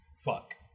fuck